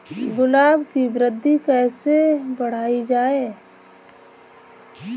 गुलाब की वृद्धि कैसे बढ़ाई जाए?